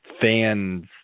fans